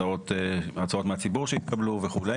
הצעות מהציבור שהתקבלו וכו'.